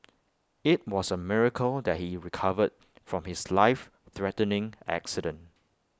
IT was A miracle that he recovered from his life threatening accident